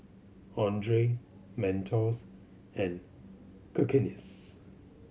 Andre Mentos and Cakenis